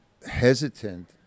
Hesitant